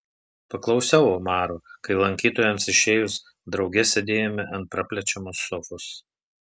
paklausiau omaro kai lankytojams išėjus drauge sėdėjome ant praplečiamos sofos